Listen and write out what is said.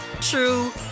true